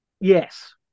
Yes